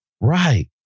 Right